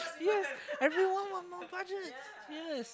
ya everyone want more budget yes